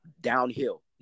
downhill